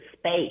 space